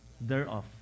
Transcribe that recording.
thereof